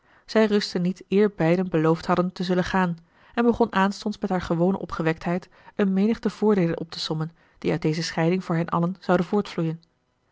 zij rustte niet eer beiden beloofd hadden te zullen gaan en begon aanstonds met haar gewone opgewektheid een menigte voordeelen op te sommen die uit deze scheiding voor hen allen zouden